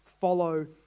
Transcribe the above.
follow